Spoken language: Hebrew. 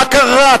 מה קרה?